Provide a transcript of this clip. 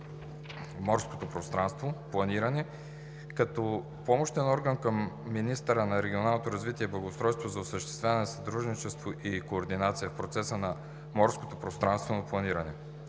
морското пространствено планиране като помощен орган към министъра на регионалното развитие и благоустройството за осъществяване на сътрудничество и координация в процеса на морското пространствено планиране.